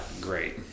great